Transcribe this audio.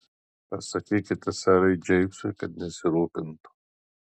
pasakykite serui džeimsui kad nesirūpintų